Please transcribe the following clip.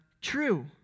true